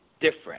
different